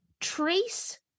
trace